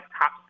top